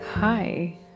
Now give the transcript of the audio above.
Hi